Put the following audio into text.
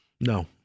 No